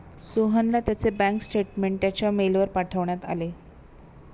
सोहनला त्याचे bank statement त्याच्या मेलवर पाठवण्यात आले